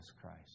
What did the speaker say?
Christ